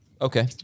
Okay